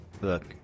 Look